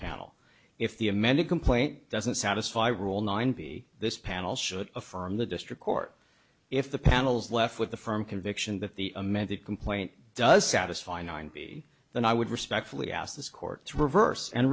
panel if the amended complaint doesn't satisfy rule ninety this panel should affirm the district court if the panel's left with the firm conviction that the amended complaint does satisfy ninety then i would respectfully ask this court to reverse and